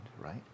right